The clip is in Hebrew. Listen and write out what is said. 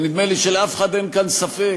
ונדמה לי שלאף אחד אין כאן ספק